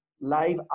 live